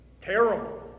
terrible